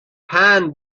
پند